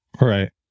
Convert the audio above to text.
right